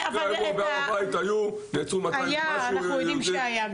היה, אנחנו יודעים שהיה.